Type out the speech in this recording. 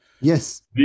Yes